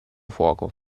fuoco